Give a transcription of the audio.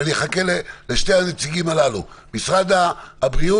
ואני אחכה לשני הנציגים הללו משרד הבריאות